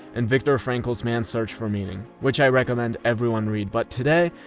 and viktor frankl's man's search for meaning, which i recommend everyone read. but today,